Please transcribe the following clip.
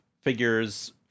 figures